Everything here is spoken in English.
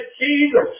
Jesus